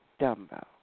Dumbo